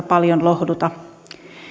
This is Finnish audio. paljon lohduta